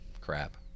crap